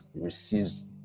receives